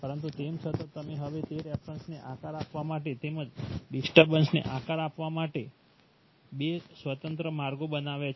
પરંતુ તેમ છતાં તમે હવે તે રેફરન્સને આકાર આપવા માટે તેમજ ડિસ્ટર્બન્સને આકાર આપવા માટે બે સ્વતંત્ર માર્ગો બનાવ્યા છે